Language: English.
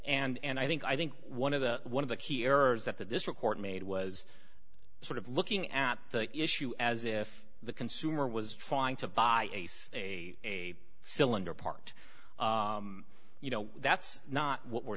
and i think i think one of the one of the key errors that that this report made was sort of looking at the issue as if the consumer was trying to buy a cylinder parked you know that's not what we're